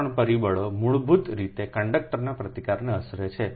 આ ત્રણ પરિબળો મૂળભૂત રીતે કંડક્ટર પ્રતિકારને અસર કરે છે